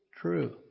true